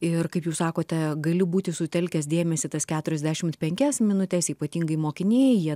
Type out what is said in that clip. ir kaip jūs sakote gali būti sutelkęs dėmesį tas keturiasdešimt penkias minutes ypatingai mokiniai jie